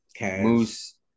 moose